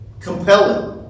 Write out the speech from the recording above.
compelling